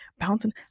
bouncing